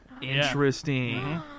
interesting